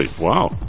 Wow